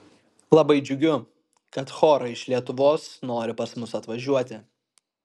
labai džiugiu kad chorai iš lietuvos nori pas mus atvažiuoti